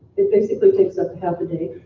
it basically takes up half a day?